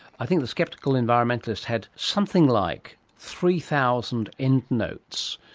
i think the sceptical environmentalist had something like three thousand endnotes,